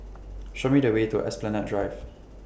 Show Me The Way to Esplanade Drive